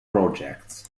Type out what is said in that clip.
projects